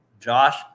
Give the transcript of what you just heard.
Josh